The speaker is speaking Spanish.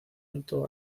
alto